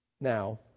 Now